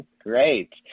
great